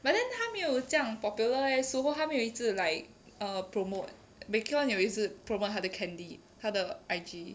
but then 他没有这样 popular leh sue ho 她没有一直 like err promote 每个人有一直 promote 他的 candice 他的 I_G